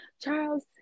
Charles